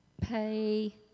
Pay